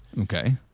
okay